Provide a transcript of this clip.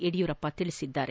ಯಡಿಯೂರಪ್ಪ ತಿಳಿಸಿದ್ದಾರೆ